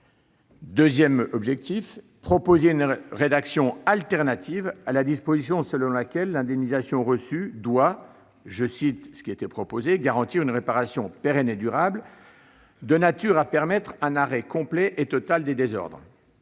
Deuxième objectif, une rédaction alternative à la disposition selon laquelle l'indemnisation reçue doit « garantir une réparation pérenne et durable, de nature à permettre un arrêt complet et total des désordres